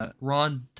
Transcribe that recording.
Ron